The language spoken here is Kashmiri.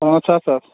پٲنٛژھ ہتھ حظ